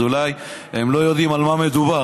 אז אולי הם לא יודעים על מה מדובר,